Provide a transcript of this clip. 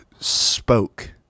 spoke